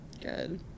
Good